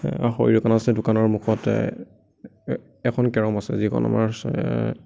দোকানৰ মুখতে এখন কেৰম আছে যিখন আমাৰ